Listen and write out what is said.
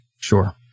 Sure